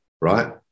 right